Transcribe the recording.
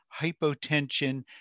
hypotension